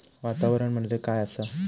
वातावरण म्हणजे काय आसा?